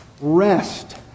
rest